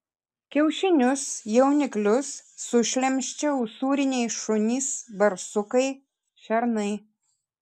kiaušinius jauniklius sušlemščia usūriniai šunys barsukai šernai